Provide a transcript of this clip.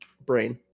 Brain